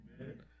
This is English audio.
Amen